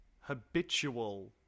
habitual